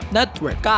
network